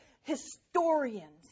historians